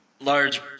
Large